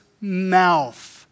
mouth